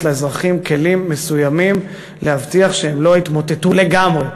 לאזרחים כלים מסוימים להבטיח שהם לא יתמוטטו לגמרי,